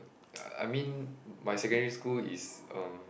I mean my secondary school is um